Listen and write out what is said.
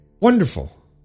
wonderful